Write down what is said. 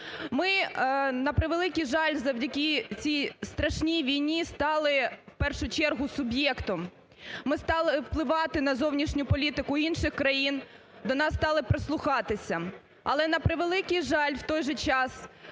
Ми, на превеликий жаль, завдяки цій страшній війні стали в першу чергу суб'єктом, ми стали впливати на зовнішню політику інших країн, до нас стали прислухатися. Але, на превеликий жаль, у той же час